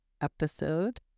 episode